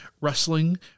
Wrestling